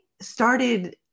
started